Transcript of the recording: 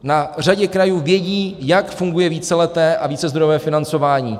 Na řadě krajů vědí, jak funguje víceleté a vícezdrojové financování.